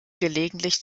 gelegentlich